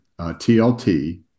TLT